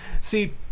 See